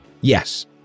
Yes